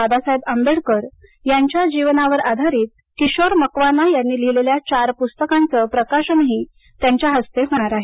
बाबासाहेब आंबेडकर यांच्या जीवनावर आधारीत किशोर मकवाना यांनी लिहिलेल्या चार पुस्तकांचे प्रकाशनही त्यांच्या हस्ते होणार आहे